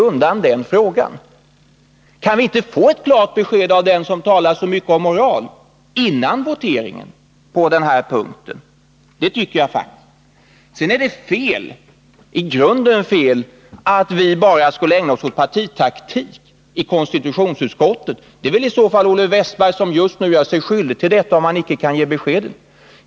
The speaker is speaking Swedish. Kan vi inte före voteringen få ett klart besked på den här punkten av den som talar så mycket om moral? Det tycker jag faktiskt att vi borde kunna få. Sedan är det i grunden fel att påstå att vi i konstitutionsutskottet bara skulle ägna oss åt partitaktik. Det är väl i så fall Olle Wästberg som just nu gör sig skyldig till det, om han inte kan ge besked.